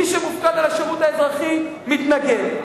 מי שמופקד על השירות האזרחי מתנגד.